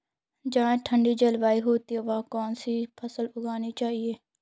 जहाँ ठंडी जलवायु होती है वहाँ कौन सी फसल उगानी चाहिये?